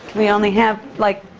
we only have like